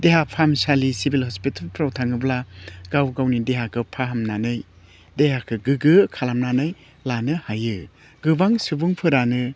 देहा फाहामसालि सिभिल हस्पितालफ्राव थाङोब्ला गाव गावनि देहाखौ फाहामनानै देहाखौ गोग्गो खालामनानै लानो हायो गोबां सुबुंफोरानो